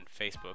Facebook